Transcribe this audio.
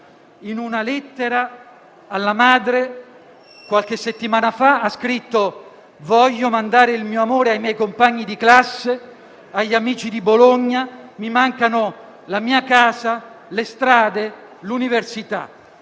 In una lettera alla madre, qualche settimana fa, ha scritto: «Voglio mandare il mio amore ai miei compagni di classe e agli amici di Bologna. Mi mancano la mia casa, le strade, l'università».